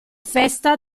festa